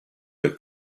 del